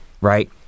right